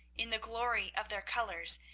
in the glory of their colours,